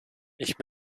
ich